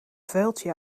vuiltje